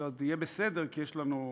יהיה בסדר, כי יש לנו רזרבות.